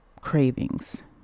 cravings